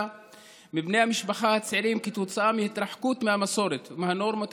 מבני המשפחה הצעירים כתוצאה מהתרחקות מהמסורת ומהנורמות